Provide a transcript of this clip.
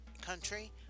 country